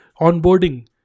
onboarding